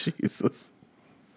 Jesus